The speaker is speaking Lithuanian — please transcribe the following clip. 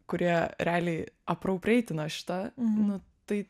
kurie realiai apraupreitina šitą nu tai